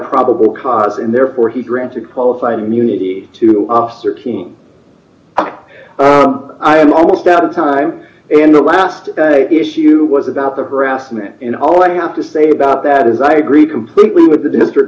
probable cause and therefore he granted qualified immunity to thirteen i am almost out of time and the last issue was about the harassment and all i have to say about that is i agree completely with the district